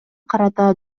карата